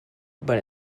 but